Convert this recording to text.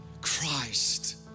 Christ